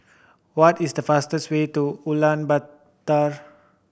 what is the fastest way to Ulaanbaatar